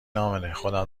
امنهخودم